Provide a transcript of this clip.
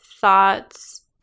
thoughts